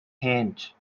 hand